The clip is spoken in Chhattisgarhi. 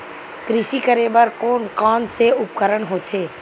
कृषि करेबर कोन कौन से उपकरण होथे?